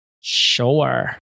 Sure